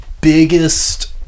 biggest